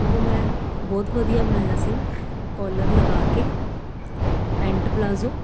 ਉਹ ਮੈਂ ਬਹੁਤ ਵਧੀਆ ਬਣਾਇਆ ਸੀ ਕੋਲਰ ਲਗਾ ਕੇ ਪੈਂਟ ਪਲਾਜ਼ੋ